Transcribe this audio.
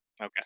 Okay